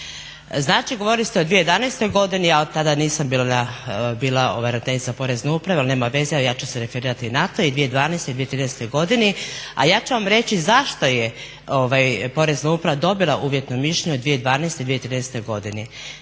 Znači govorili ste o 2011. godini a ja tada nisam bila ravnateljica porezne uprave ali nema veze, ja ću se referirati i na to i 2012. i 2013. godini. A ja ću vam reći zašto je porezna uprava dobila uvjetno mišljenje u 2012., 2013. godini.